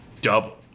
double